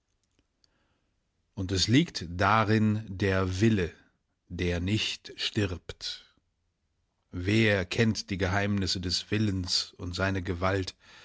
und es liegt darin der wille der nicht stirbt wer kennt die geheimnisse des willens und seine gewalt